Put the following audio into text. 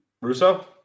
Russo